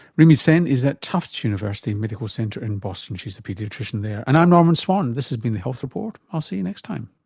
rimi sen is at tufts university medical center in boston, she is a paediatrician there. and i'm norman swan, this has been the health report, i'll see you next time